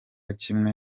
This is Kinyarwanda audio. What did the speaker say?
kimwe